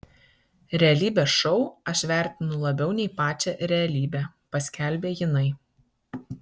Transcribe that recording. realybės šou aš vertinu labiau nei pačią realybę paskelbė jinai